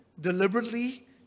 deliberately